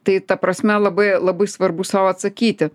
tai ta prasme labai labai svarbu sau atsakyti